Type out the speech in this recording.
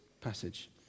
passage